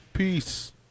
Peace